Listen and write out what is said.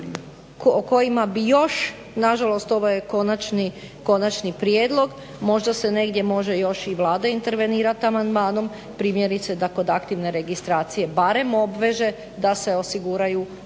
o kojima bih još, nažalost ovo je konačni prijedlog. Možda negdje može još i Vlada intervenirati amandmanom, primjerice da kod aktivne registracije barem obveže da se osiguraju uvjeti